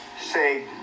Say